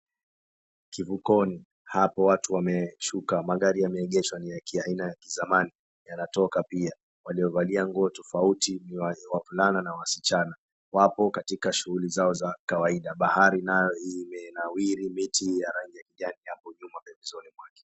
Kivukoni hapo watu wameshuka magari yameengeshwa ni ya kiaina ya kizamani yantoka pia. Waliovalia nguo tofauti ni wavulana na wasichana. Wako katika shuli zao za kikawaida bahari nayo imenawiri miti ya kijani hapo nyuma pembezoni mwake.